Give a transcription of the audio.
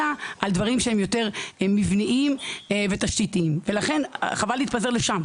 אלא על דברים שהם יותר מבניים ותשתיתיים ולכן חבל להתפזר לשם.